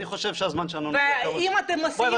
אני חושב שהזמן שלנו --- ואם אתם עושים